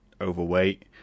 overweight